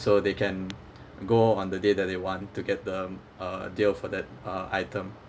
so they can go on the day that they want to get the uh deal for that uh item